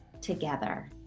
together